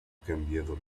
cambiado